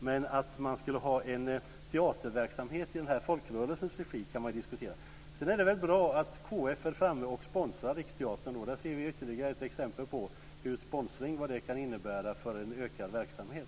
Men frågan om att ha en teaterverksamhet i den här folkrörelsens regi kan vi diskutera. Det är bra att KF är framme och sponsrar Riksteatern. Där ser vi ytterligare ett exempel på vad sponsring kan innebära för en ökad verksamhet.